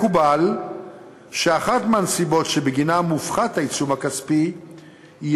מקובל שאחת מהנסיבות שבגינה העיצום הכספי מופחת